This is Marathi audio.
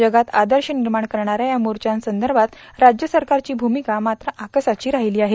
जगात आदर्श निर्माण करणाऱ्या या मोर्चांसंदर्भात राज्य सरकारची भूमिका मात्र आकसाची राहिली आहे